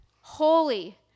holy